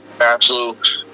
absolute